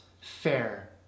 fair